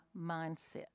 mindset